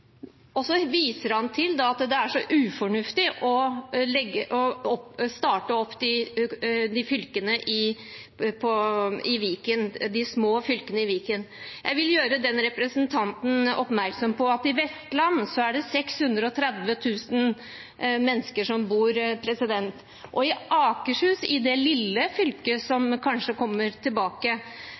og så viser man til at det er så ufornuftig med de små fylkene i Viken. Jeg vil gjøre representantene oppmerksom på at i Vestland bor det 630 000 mennesker, og i Akershus – det lille fylket som kanskje kommer tilbake